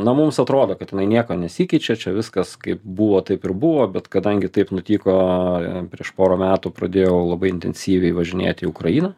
na mums atrodo kad jinai nieko nesikeičia čia viskas kaip buvo taip ir buvo bet kadangi taip nutiko prieš porą metų pradėjau labai intensyviai važinėt į ukrainą